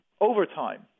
Overtime